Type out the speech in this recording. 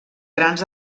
grans